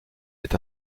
est